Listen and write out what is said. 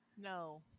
no